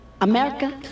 america